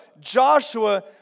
Joshua